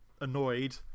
annoyed